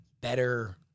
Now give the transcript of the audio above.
better